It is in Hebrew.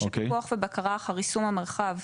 שכתוב בו שפיקוח ובקרה אחר יישום המרחב,